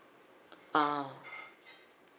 ah